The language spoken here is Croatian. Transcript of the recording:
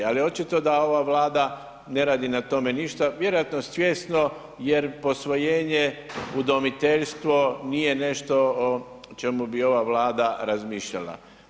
Ali očito da ova Vlada ne radi na tome ništa, vjerojatno svjesno jer posvojenje, udomiteljstvo nije nešto o čemu bi ova Vlada razmišljala.